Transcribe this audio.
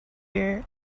year